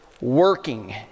working